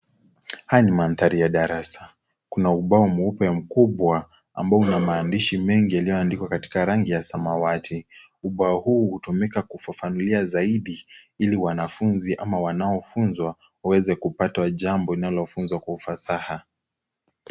Haya ni mandhari ya darasa, kuna ubao mweupe mkubwa ambao una maandishi mengi yaliyoandikwa katika rangi ya samawati, ubao huu hutumika kufafanulia zaidi ili wanafunzi ama wanaofunzwa waweze kupata jambo linalofunzwa kwa ufasaha.